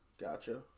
Gotcha